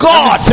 God